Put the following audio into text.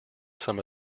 some